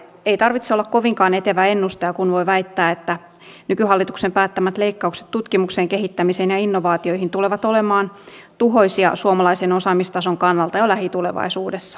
ei tarvitse olla kovinkaan etevä ennustaja kun voi väittää että nykyhallituksen päättämät leikkaukset tutkimukseen kehittämiseen ja innovaatioihin tulevat olemaan tuhoisia suomalaisen osaamistason kannalta jo lähitulevaisuudessa